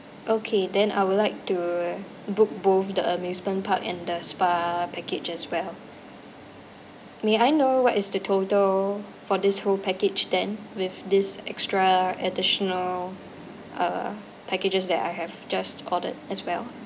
okay then I would like to uh book both the amusement park and the spa packages well may I know what is the total for this whole package then with this extra additional uh packages that I have just ordered as well